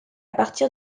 partir